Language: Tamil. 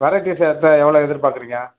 எவ்வளோ எதிர்பார்க்கறீங்க